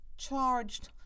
Charged